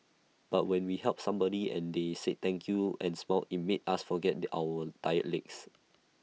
but when we helped somebody and they said thank you and smile IT made us forget the our tired legs